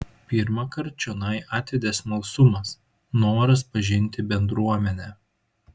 pirmąkart čionai atvedė smalsumas noras pažinti bendruomenę